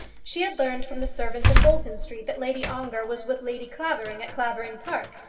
she had learned from the servants in bolton street that lady ongar was with lady clavering, at clavering park,